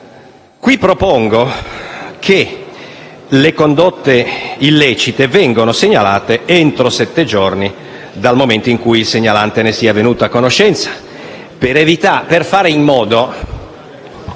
propongo che le condotte illecite vengano segnalate entro sette giorni dal momento in cui il segnalante ne sia venuto a conoscenza, per fare in modo